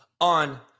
on